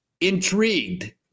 intrigued